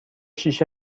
شیشه